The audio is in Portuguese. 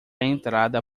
entrada